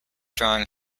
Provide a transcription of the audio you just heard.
drawing